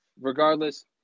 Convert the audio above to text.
regardless